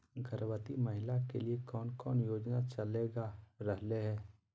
गर्भवती महिला के लिए कौन कौन योजना चलेगा रहले है?